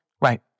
Right